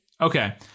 Okay